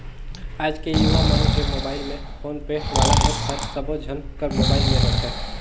आएज के युवा मन के मुबाइल में फोन पे वाला ऐप हर सबो झन कर मुबाइल में रथे